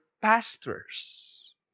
pastors